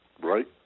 right